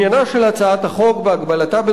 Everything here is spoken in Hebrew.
"עניינה של הצעת החוק בהגבלתם,